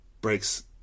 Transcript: breaks